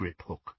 Griphook